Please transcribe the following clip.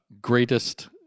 greatest